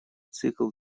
цикл